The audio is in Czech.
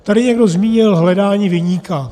Tady někdo zmínil hledání viníka.